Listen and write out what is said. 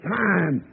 time